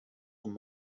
und